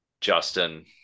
Justin